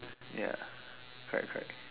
ya correct correct